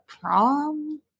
Prom